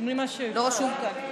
לא רשום כאן.